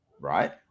Right